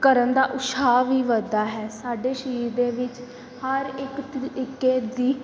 ਕਰਨ ਦਾ ਉਤਸ਼ਾਹ ਵੀ ਵੱਧਦਾ ਹੈ ਸਾਡੇ ਸਰੀਰ ਦੇ ਵਿੱਚ ਹਰ ਇੱਕ ਤਰੀਕੇ ਦੀ